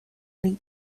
elite